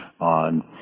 on